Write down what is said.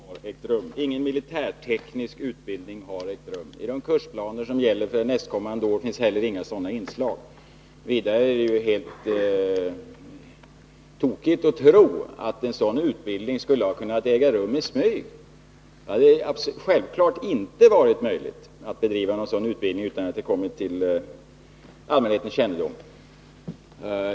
Herr talman! Till att börja med har ingen militär eller militärteknisk utbildning ägt rum. I de kursplaner som gäller för nästkommande år finns heller inga sådana inslag. Vidare är det helt tokigt att tro att en sådan utbildning skulle kunnat äga rum i smyg. Självfallet hade det inte varit möjligt att bedriva en sådan utbildning utan att det kommit till allmänhetens kännedom.